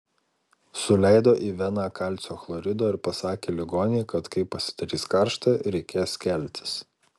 suleido į veną kalcio chlorido ir pasakė ligonei kad kai pasidarys karšta reikės keltis